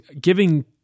giving